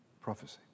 prophecy